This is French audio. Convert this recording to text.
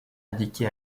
indiqué